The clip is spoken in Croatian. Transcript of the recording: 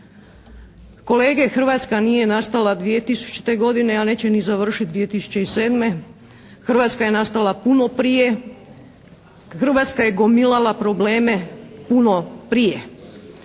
Kolege, Hrvatska nije nastala 2000. godine a neće ni završiti 2007. Hrvatske je nastala puno prije, Hrvatska je gomilala probleme puno prije.